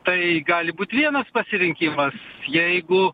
tai gali būt vienas pasirinkimas jeigu